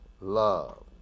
love